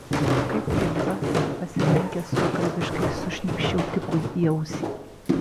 kaip kimba pasilenkęs suokalbiškai sušnypščiau tipui į ausį